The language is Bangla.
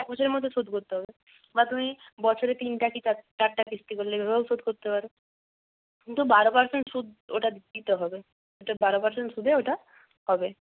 এক বছরের মধ্যে শোধ করতে হবে বা তুমি বছরে তিনটে কি চারটে কিস্তি করলে এভাবেও শোধ করতে পারো কিন্তু বারো পারসেন্ট সুদ ওটা দিতে হবে বারো পারসেন্ট সুদে ওটা হবে